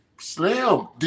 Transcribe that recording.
Slim